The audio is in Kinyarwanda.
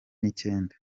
n’icyenda